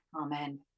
Amen